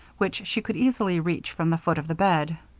which she could easily reach from the foot of the bed.